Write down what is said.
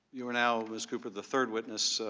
you are now, ms. cooper, the third witness